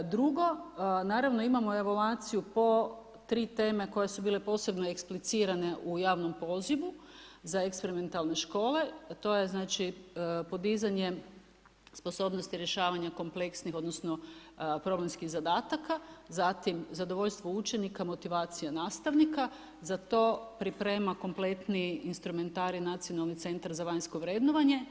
Drugo, naravno imamo evaluaciju po tri teme koje su bile posebno eksplicirane u javnom pozivu, za eksperimentalne škole, ta je znači podizanje sposobnosti rješavanja kompleksnih, odnosno problemskih zadataka, zatim zadovoljstvo učenika, motivacija nastavnika, za to priprema kompletni instrumentarij Nacionalni centar za vanjsko vrednovanje.